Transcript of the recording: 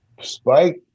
Spike